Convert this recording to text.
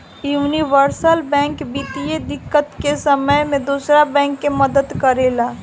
universal bank वित्तीय दिक्कत के समय में दोसर बैंक के मदद करेला